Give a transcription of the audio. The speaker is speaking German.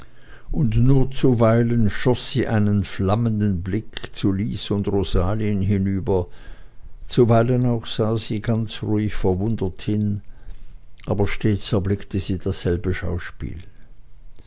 und nur zuweilen schoß sie einen flammenden blick zu lys und rosalien hinüber zuweilen auch sah sie ruhig verwundert hin aber stets erblickte sie dasselbe schauspiel